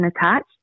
attached